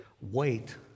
wait